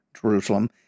Jerusalem